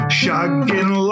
shagging